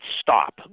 stop